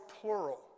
plural